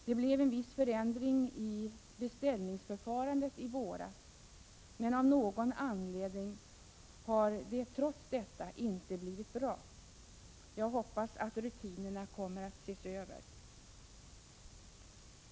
Det blev en viss förändring i beställningsförfarandet i våras, men av någon anledning har det trots detta inte blivit bra. Jag hoppas att rutinerna kommer att ses över.